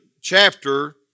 chapter